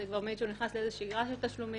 כבר מישהו נכנס לאיזושהי שגרה של תשלומים,